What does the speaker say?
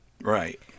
Right